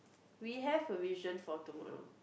we have a vision for tomorrow